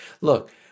look